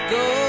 go